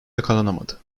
yakalanamadı